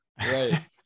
right